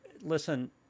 listen